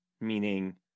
meaning